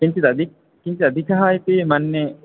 किञ्चिददि किञ्चिदधिकः इति मन्ये